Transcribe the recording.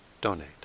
donate